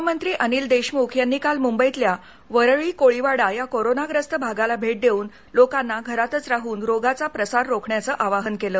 गृहमंत्री अनील देशमुख यांनी काल मुंबईतल्या वरळी कोळीवाडा या कोरोनाग्रस्त भागाला भेट देऊन लोकांना घरातच राहून रोगाचा प्रसार रोखण्याच आवाहन केली